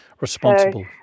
responsible